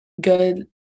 good